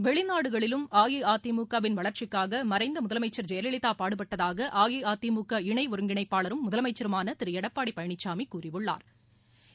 வெளிநாடுகளிலும் அஇஅதிமுக வின் வளர்ச்சிக்காக மறைந்த முதலமைச்ச் ஜெயலலதா பாடுபட்டதாக அஇஅதிமுக இணை ஒருங்கிணைப்பாளரும் முதலமைச்சருமான திரு எடப்பாடி பழனிசாமி கூறியுள்ளா்